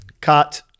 Cut